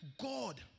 God